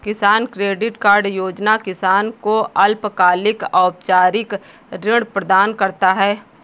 किसान credit card योजना किसान को अल्पकालिक औपचारिक ऋण प्रदान करता है